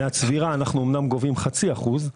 אמנם מהצבירה אנחנו גובים חצי אחוז,